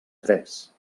tres